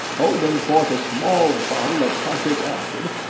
holding forth a small bottle of prussic acid,